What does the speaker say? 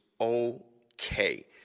okay